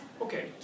Okay